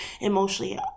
emotionally